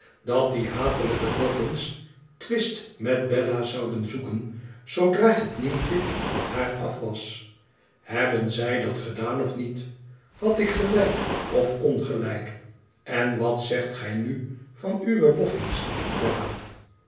idat die hatelijke bofüns twist met bella zouden zoeken zoodra het nieuwtje van haar afwas hebben zij dat gedaan of niet had ik gelijk of ongelijk n wat zegt gij nu van uwe bofbüs bella